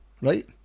Right